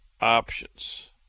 options